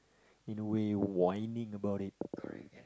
in a way whining about it correct